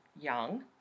Young